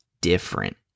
different